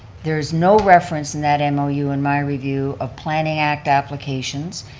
there is no reference in that and mou in my review of planning act applications.